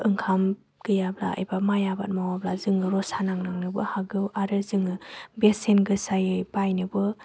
ओंखाम गैयाब्ला एबा माइ आबाद मावाब्ला जों रसा नांनांनोबो हागौ आरो जों बेसेन गोसायै बायनोबो